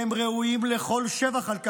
והם ראויים לכל שבח על כך.